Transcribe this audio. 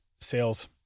sales